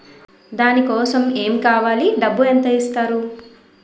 దాని కోసం ఎమ్ కావాలి డబ్బు ఎంత ఇస్తారు?